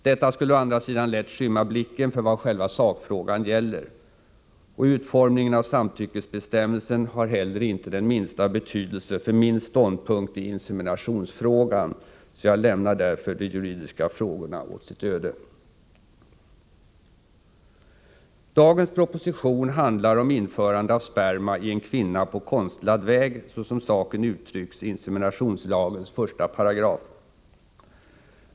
Detta skulle å andra sidan lätt skymma blicken för vad själva sakfrågan gäller. Utformningen av samtyckesbestämmelsen har ej heller den minsta betydelse för min ståndpunkt i inseminationsfrågan. Jag lämnar därför de juridiska frågorna åt sitt öde. Dagens proposition handlar om införande av sperma i en kvinna på konstlad väg, såsom saken uttrycks i inseminationslagens första paragraf.